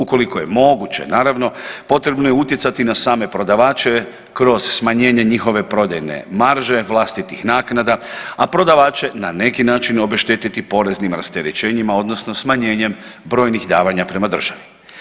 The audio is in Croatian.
Ukoliko je moguće naravno potrebno je utjecati na same prodavače kroz smanjenje njihove prodajne marže, vlastitih naknada, a prodavače na neki način obeštetiti poreznim rasterećenjima odnosno smanjenjem brojnih davanja prema državi.